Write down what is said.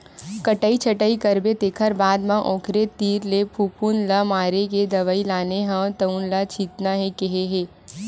कटई छटई करबे तेखर बाद म ओखरे तीर ले फफुंद ल मारे के दवई लाने हव तउने ल छितना हे केहे हे